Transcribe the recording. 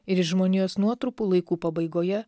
ir iš žmonijos nuotrupų laikų pabaigoje